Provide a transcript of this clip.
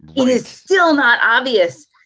it is still not obvious.